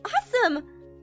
Awesome